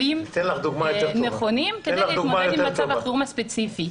כלים נכונים כדי להתמודד עם מצב החירום הספציפי.